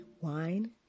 Wine